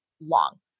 long